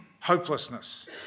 hopelessness